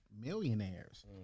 millionaires